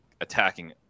attacking